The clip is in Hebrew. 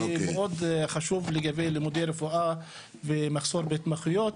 מאוד חשוב לגבי לימודי רפואה ומחסור בהתמחויות.